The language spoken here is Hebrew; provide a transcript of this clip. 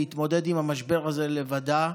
להתמודד עם המשבר הזה לבדה.